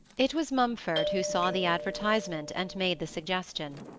it was mumford who saw the advertisement and made the suggestion.